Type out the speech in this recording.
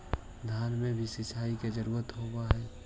धान मे भी सिंचाई के जरूरत होब्हय?